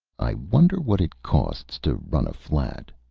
i wonder what it costs to run a flat?